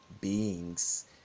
beings